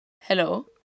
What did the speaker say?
hello